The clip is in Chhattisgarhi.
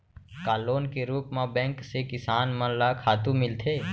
का लोन के रूप मा बैंक से किसान मन ला खातू मिलथे?